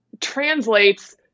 translates